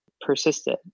persisted